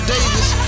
Davis